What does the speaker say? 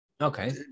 Okay